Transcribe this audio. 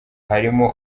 harimo